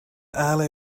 alley